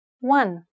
one